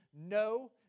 no